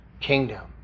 kingdom